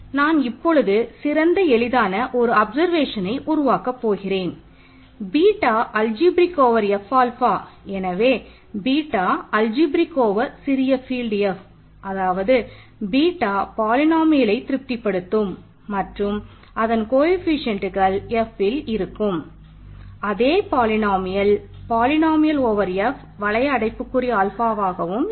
நான் இப்பொழுது சிறந்த எளிதான ஒரு அப்சர்வேஷன்னை இருக்கும்